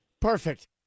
perfect